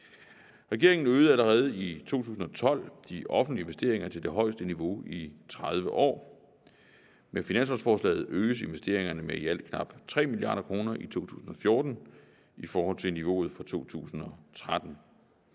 Regeringen øgede allerede i 2012 de offentlige investeringer til det højeste niveau i 30 år. Med finanslovsforslaget øges investeringerne med i alt knap 3 mia. kr. i 2014 i forhold til niveauet for 2013.